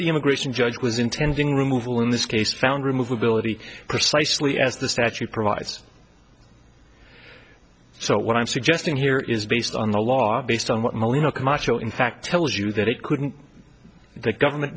the immigration judge was intending removal in this case foundry movability precisely as the statute provides so what i'm suggesting here is based on the law based on what monino camacho in fact tells you that it couldn't the government